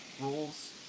rules